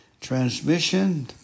Transmission